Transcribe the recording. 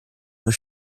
muss